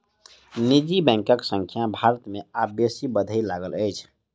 निजी बैंकक संख्या भारत मे आब बेसी बढ़य लागल अछि